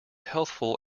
healthful